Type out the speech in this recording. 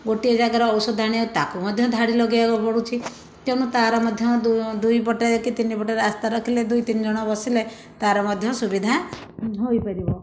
ଗୋଟିଏ ଜାଗାର ଔଷଧ ଆଣିବାକୁ ତାକୁ ମଧ୍ୟ ଧାଡ଼ି ଲଗାଇବାକୁ ପଡ଼ୁଛି ତେଣୁ ତାର ମଧ୍ୟ ଦୁ ଦୁଇ ପଟେ କି ତିନି ପଟେ ରାସ୍ତା ରଖିଲେ ଦୁଇ ତିନି ଜଣ ବସିଲେ ତାର ମଧ୍ୟ ସୁବିଧା ହୋଇପାରିବ